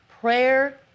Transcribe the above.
Prayer